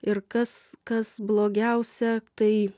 ir kas kas blogiausia tai